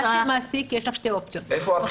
את כמעסיק יש לך שתי אופציות, אוקיי?